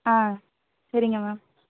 ஆ சரிங்க மேம்